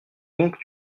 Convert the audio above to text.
donc